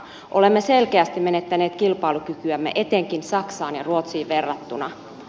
olemme selkeästi menettäneet kilpailukykyämme etenkin saksaan ja ruotsiin verrattuna